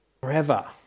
forever